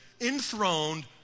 enthroned